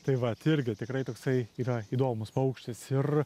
tai vat irgi tikrai toksai yra įdomus paukštis ir